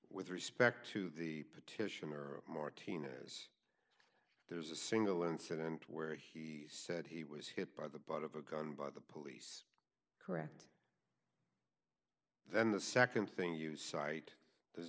with respect to the petitioner martinez there's a single incident where he said he was hit by the butt of a gun by the police correct then the nd thing you cite there's